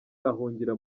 ahungira